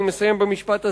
אני מסיים במשפט הזה,